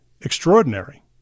extraordinary